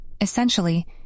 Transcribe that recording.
Essentially